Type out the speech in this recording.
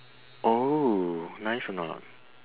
oh nice or not